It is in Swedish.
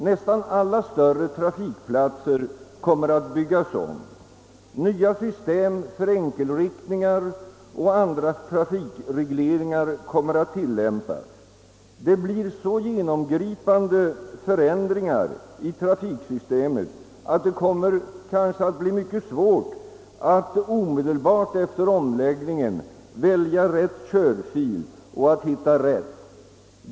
Nästan alla större trafikplatser kommer att byggas om, nya system kommer att gälla för enkelriktningar och nya trafikregleringar kommer att tillämpas. Förändringarna i trafiksystemet kommer att bli så genomgripande att det kanske blir mycket svårt att omedelbart efter omläggningen välja rätt körfil och hitta rätt i övrigt.